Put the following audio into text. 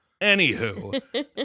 Anywho